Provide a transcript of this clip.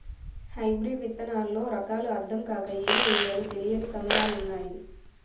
hybrid విత్తనాల్లో రకాలు అద్దం కాక ఏమి ఎయ్యాలో తెలీని సమయాలున్నాయి